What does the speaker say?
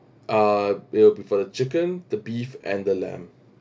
uh they'll prefer the chicken the beef and the lamb